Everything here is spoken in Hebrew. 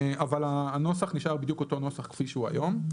אבל הנוסח נשאר בדיוק אותו נוסח כפי שהוא היום.